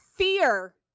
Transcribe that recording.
Fear